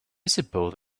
suppose